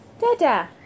Dada